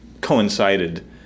coincided